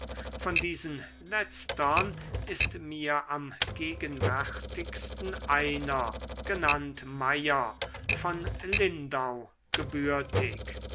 von diesen letztern ist mir am gegenwärtigsten einer genannt meyer von lindau gebürtig